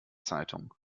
zeitung